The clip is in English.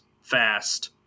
fast